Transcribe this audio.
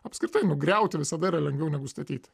apskritai nugriauti visada yra lengviau negu statyti